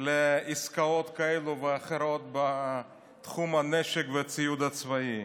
לעסקאות כאלה ואחרות בתחום הנשק והציוד הצבאי,